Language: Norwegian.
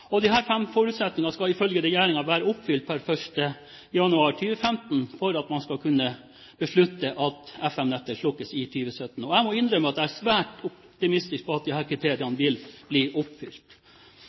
og Internett. Disse fem forutsetningene skal ifølge regjeringen være oppfylt per 1. januar 2015 for at man skal kunne beslutte at FM-nettet slukkes i 2017. Jeg må innrømme at jeg ser svært optimistisk på at disse kriteriene